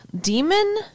demon